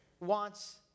Wants